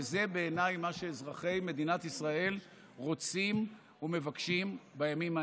וזה בעיניי מה שאזרחי מדינת ישראל רוצים ומבקשים בימים האלה.